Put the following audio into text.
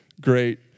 great